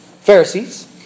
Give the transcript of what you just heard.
Pharisees